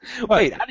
Wait